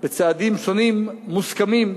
בצעדים שונים, מוסכמים,